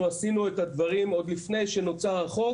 עשינו את הדברים ועוד לפני שנוצר החוק